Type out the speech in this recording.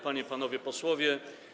Panie i Panowie Posłowie!